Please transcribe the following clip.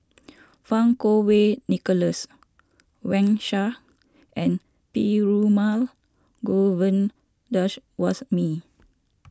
Fang Kuo Wei Nicholas Wang Sha and Perumal Govindaswasmy